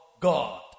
God